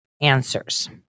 answers